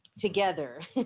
together